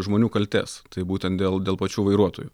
žmonių kaltės tai būtent dėl dėl pačių vairuotojų